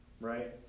right